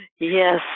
yes